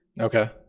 Okay